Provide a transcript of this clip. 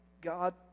God